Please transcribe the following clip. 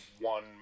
one